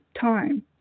time